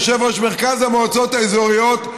יושב-ראש מרכז המועצות האזוריות,